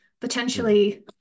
potentially